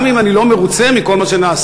גם אם אני לא מרוצה מכל מה שנעשה,